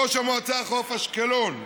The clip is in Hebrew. ראש המועצה חוף אשקלון,